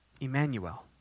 Emmanuel